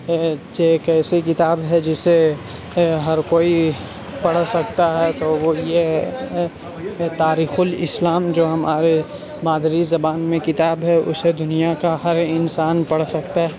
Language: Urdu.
یہ ایک ایسی کتاب ہے جسے ہر کوئی پڑھ سکتا ہے تو وہ یہ ہے تاریخ الاسلام جو ہمارے مادری زبان میں کتاب ہے اسے دنیا کا ہر انسان پڑھ سکتا